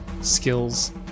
skills